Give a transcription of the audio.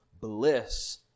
bliss